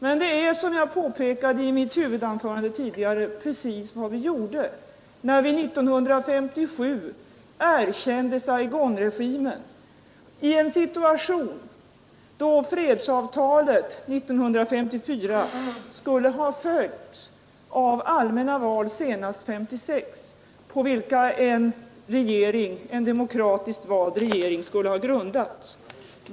Men det är, som jag påpekade i mitt huvudanförande, precis vad vi gjorde när vi 1957 erkände Saigonregimen i en situation då fredsavtalet 1954 skulle ha följts av allmänna val senast 1956, varefter en i demokratisk ordning utsedd regering skulle ha kommit till.